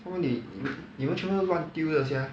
so 你你们全部都乱丢的 sia